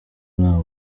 nta